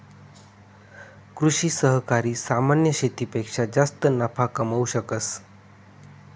कृषि सहकारी सामान्य शेतीपेक्षा जास्त नफा कमावू शकस